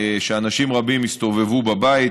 אנשים רבים הסתובבו בבית,